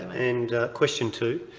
um and question two.